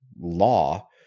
law